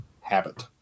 habit